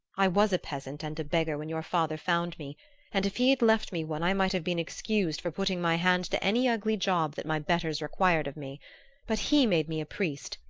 i was a peasant and a beggar when your father found me and if he had left me one i might have been excused for putting my hand to any ugly job that my betters required of me but he made me a priest,